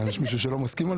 מה, יש מישהו שלא מסכים על